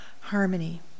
harmony